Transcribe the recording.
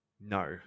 No